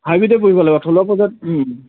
হাইব্ৰীডে কৰিব লাগিব থলুৱা